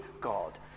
God